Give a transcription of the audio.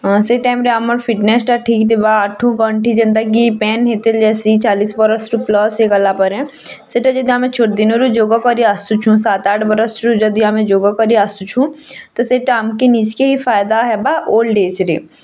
ଅଁ ସେ ଟାଇମ୍ରେ ଆମର୍ ଫିଟନେସ୍ଟା ଠିକ୍ ଥିବା ଆଣ୍ଠୁ ଗଣ୍ଠି ଜେନ୍ତା କି ପେନ୍ ହେତେବେଲେ ଜେସି ଚାଳିଶ୍ ବରଷ୍ରୁ ପ୍ଲସ୍ ହୋଇଗଲାପରେ ସେଟା ଯଦି ଛୋଟ୍ ଦିନରୁ ଯୋଗ କରିଆସୁଛୁଁ ସାତ୍ ଆଠ୍ ବରଷ୍ରୁ ଯଦି ଆମେ ଯୋଗକରି ଆସୁଛୁଁ ତ ସେଟା ଆମ୍କେ ନିଜ୍ କେ ହି ଫାଏଦା ହେବା ଓଲ୍ଡ୍ ଏଜ୍ରେ